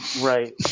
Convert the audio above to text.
Right